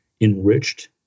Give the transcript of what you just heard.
enriched